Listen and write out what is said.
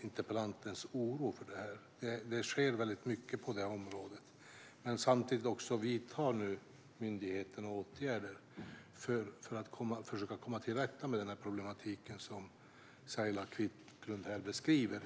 interpellantens oro för det här. Det sker mycket på området, men samtidigt vidtar nu myndigheterna åtgärder för att på olika sätt försöka komma till rätta med problematiken som Saila Quicklund beskriver.